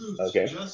Okay